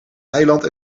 eiland